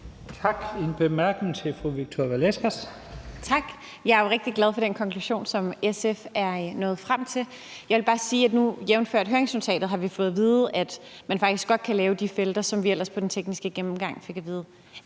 Velasquez. Kl. 12:02 Victoria Velasquez (EL): Tak. Jeg er jo rigtig glad for den konklusion, som SF er nået frem til. Jeg vil bare sige, at vi nu, jævnfør høringsnotatet, har fået at vide, at man faktisk godt kan lave de felter, som vi ellers ved den tekniske gennemgang fik at vide